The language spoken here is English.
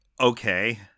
okay